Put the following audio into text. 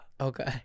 Okay